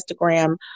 Instagram